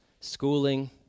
schooling